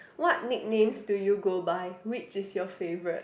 what nicknames do you go by which is your favourite